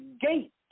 gate